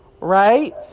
Right